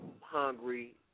hungry